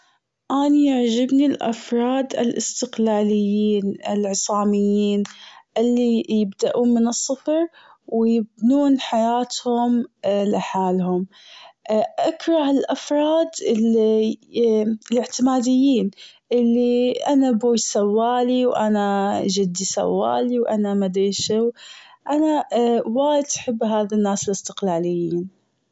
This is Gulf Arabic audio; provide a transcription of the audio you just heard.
أني اعجبني الأفراد الاستقلاليين العصاميين اللي يبدأون من الصفر ويبنون حياتهم لحالهم. اكره الأفراد اللي الاعتماديين، اللي انا أبوي سوا لي و أنا جدي سوا لي و أنا مدري شو؟ انا وايد أحب هذي الناس الاستقلاليين.